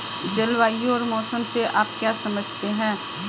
जलवायु और मौसम से आप क्या समझते हैं?